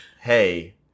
hey